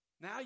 Now